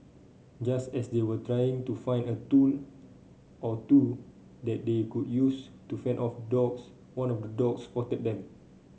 just as they were trying to find a tool or two that they could use to fend off dogs one of the dogs spotted them